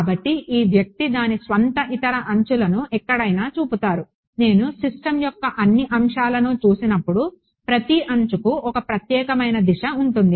కాబట్టి ఈ వ్యక్తి దాని స్వంత ఇతర అంచులను ఎక్కడైనా చూపుతారు నేను సిస్టమ్ యొక్క అన్ని అంశాలను చూసినప్పుడు ప్రతి అంచుకు ఒక ప్రత్యేకమైన దిశ ఉంటుంది